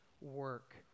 work